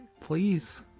please